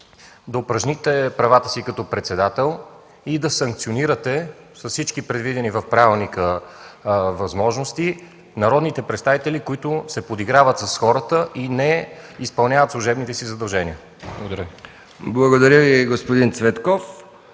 да упражните правата си като председател и да санкционирате с всички предвидени в правилника възможности народните представители, които се подиграват с хората и не изпълняват служебните си задължения. Благодаря.